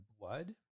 blood